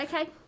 okay